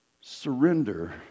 surrender